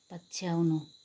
पछ्याउनु